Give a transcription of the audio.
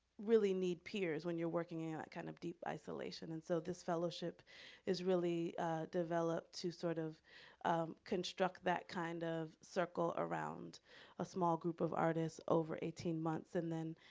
really need peers when you're working in like kind of deep isolation? and so, this fellowship is really developed to sort of construct that kind of circle around a small group of artists over eighteen months. and then,